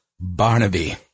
Barnaby